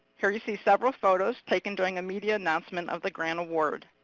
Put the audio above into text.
here you see several photos taken during a media announcement of the grant award.